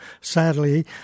sadly